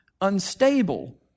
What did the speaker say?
unstable